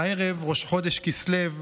הערב ראש חודש כסלו,